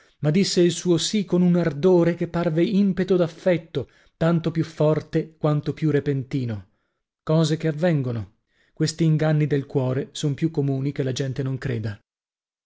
ma disse il suo sì con un ardore che parve impeto d'affetto tanto più forte quanto più repentino cose che avvengono questi inganni del cuore son più comuni che la gente non creda